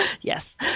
Yes